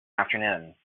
afternoon